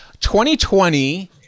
2020